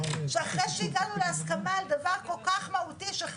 היא בעצם מכילה בתוכה חלק מההסתייגויות הקודמות שדיברנו עליהן.